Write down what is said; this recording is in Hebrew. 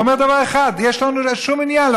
הוא אומר דבר אחד: אין לנו שום עניין,